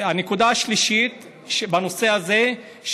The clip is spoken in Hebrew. הנקודה השלישית בנושא הזה,